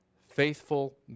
faithful